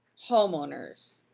homeowners.